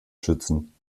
schützen